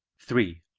three.